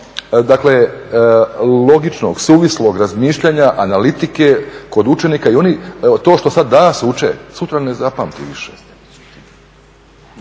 dakle logičnog, suvislog razmišljanja, analitike kod učenika i oni to što sad danas uče sutra ne zapamti više,